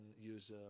use